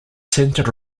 centred